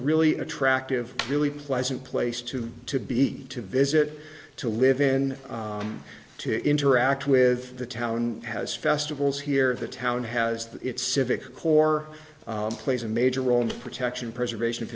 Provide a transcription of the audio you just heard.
really attractive really pleasant place to be to visit to live in to interact with the town has festivals here the town has its civic core plays a major role in protection preservation of